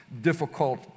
difficult